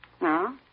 No